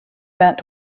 met